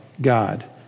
God